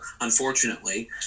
Unfortunately